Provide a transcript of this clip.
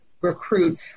recruit